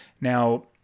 Now